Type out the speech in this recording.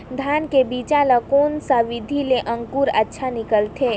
धान के बीजा ला कोन सा विधि ले अंकुर अच्छा निकलथे?